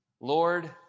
Lord